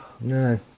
No